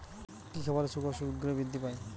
কি খাবালে শুকর শিঘ্রই বৃদ্ধি পায়?